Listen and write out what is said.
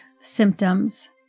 symptoms